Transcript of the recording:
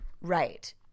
Right